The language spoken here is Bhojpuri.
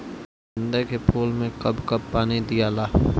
गेंदे के फूल मे कब कब पानी दियाला?